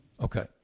Okay